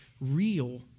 real